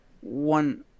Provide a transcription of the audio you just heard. one